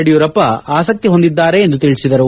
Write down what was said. ಯಡಿಯೂರಪ್ಪ ಆಸಕ್ಕಿ ಹೊಂದಿದ್ದಾರೆ ಎಂದು ತಿಳಿಸಿದರು